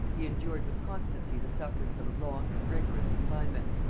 he endured with constancy the sufferings of a long and rigorous confinement,